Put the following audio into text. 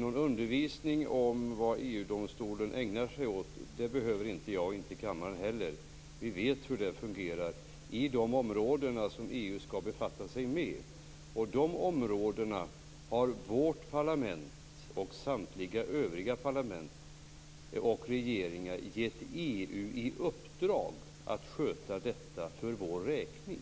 Någon undervisning om vad EU:s domstol ägnar sig åt behöver inte jag och inte kammaren heller. Vi vet hur den fungerar i de områden som EU skall befatta sig med. De områdena har vårt parlament och samtliga övriga parlament och regeringar gett EU i uppdrag att sköta för vår räkning